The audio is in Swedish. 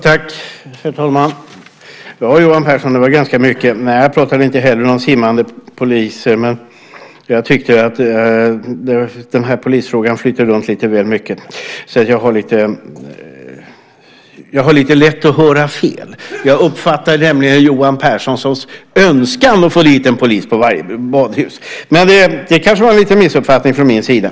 Herr talman! Johan Pehrson, det var ganska mycket. Jag pratade inte heller om simmande poliser, men jag tyckte att polisfrågan flöt runt lite väl mycket. Jag har lite lätt att höra fel. Jag uppfattade nämligen Johan Pehrsons önskan som att få en polis till varje badhus. Det kanske var en liten missuppfattning från min sida.